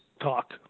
talk